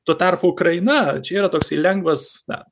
tuo tarpu ukraina čia yra toks lengvas na